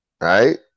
right